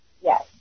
Yes